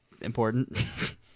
important